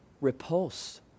repulse